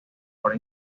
por